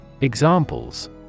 Examples